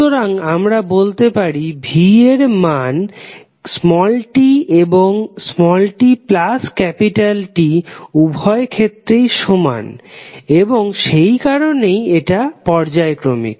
সুতরাং আমরা বলতে পারি v এর মান t এবং tT উভয় ক্ষেত্রেই সমান এবং সেই কারনেই এটা পর্যায়ক্রমিক